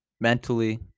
Mentally